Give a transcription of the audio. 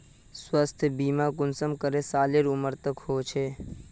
स्वास्थ्य बीमा कुंसम करे सालेर उमर तक होचए?